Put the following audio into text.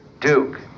Duke